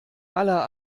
aller